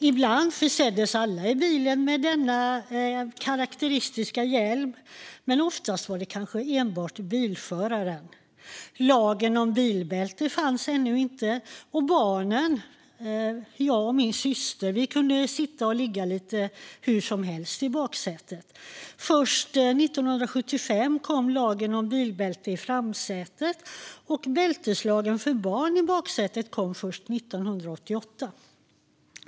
Ibland försågs alla i bilen med den karakteristiska hjälmen, men ofta var det kanske endast bilföraren. Lagen om bilbälte fanns ännu inte, och barnen - jag och min syster - kunde sitta eller ligga lite hur som helst i baksätet. Först 1975 kom lagen om bilbälte i framsätet, och bälteslagen för barn i baksätet kom först 1988.